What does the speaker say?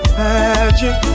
magic